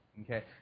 okay